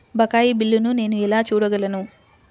బకాయి బిల్లును నేను ఎలా చూడగలను?